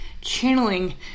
channeling